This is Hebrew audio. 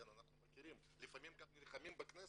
אנחנו מכירים ולפעמים גם נלחמים בכנסת,